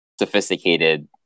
Sophisticated